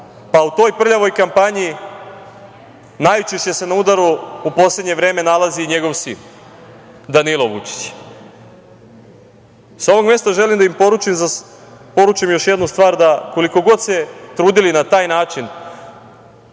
pa u toj prljavoj kampanji najčešće se na udaru u poslednje vreme nalazi i njegov sin Danilo Vučić. Sa ovog mesta želim da im poručim još jednu stvar. Koliko god se trudili na taj način